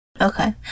Okay